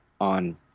on